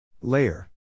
Layer